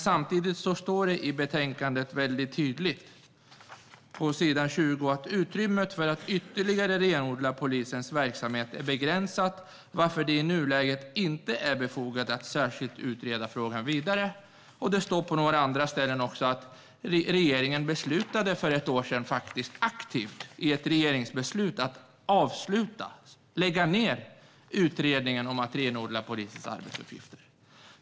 Samtidigt står det i betänkandet väldigt tydligt på s. 20 att "utrymmet för att ytterligare renodla polisens verksamhet är begränsat, varför det i nuläget inte är befogat att särskilt utreda frågan vidare". Det står även på några andra ställen att regeringen i ett regeringsbeslut för ett år sedan aktivt beslutade att avsluta och lägga ned utredningen om att renodla polisens arbetsuppgifter.